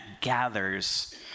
gathers